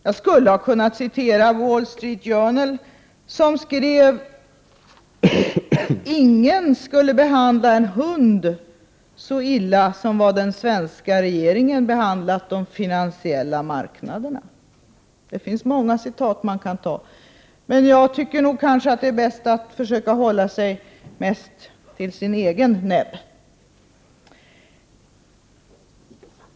Jag skulle ha kunnat citera Wall Street Journal som skrev: Ingen skulle behandla en hund så illa som den svenska regeringen har behandlat de finansiella marknaderna. Det finns många citat man kan anföra, men jag tycker kanske att det är bäst att försöka hålla sig mest till sin egen näbb.